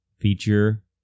feature